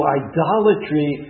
idolatry